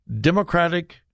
Democratic